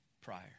prior